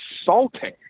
insulting